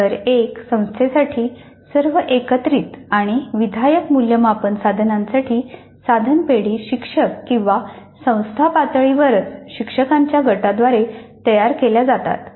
स्तर 1 संस्थेसाठी सर्व एकत्रित आणि विधायक मूल्यमापन साधनांसाठी साधन पेढी शिक्षक किंवा संस्था पातळीवरच शिक्षकांच्या गटाद्वारे तयार केल्या जातात